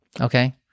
Okay